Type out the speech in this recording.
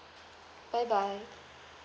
bye bye